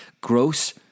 Gross